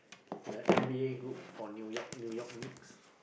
the n_b_a group for New York New York Knicks